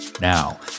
Now